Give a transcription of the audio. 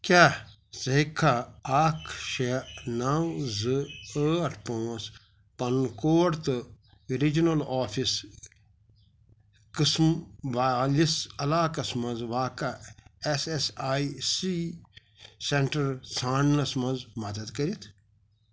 کیٛاہ ژٕ ہیٚککھا اَکھ شےٚ نَو زٕ ٲٹھ پانٛژھ پَنُن کوڈ تہٕ رِجنَل آفِس قٕسٕم والِس علاقَس منٛز واقعہ S S I C centre ژھانٛڈنَس منٛز مدتھ کٔرِتھ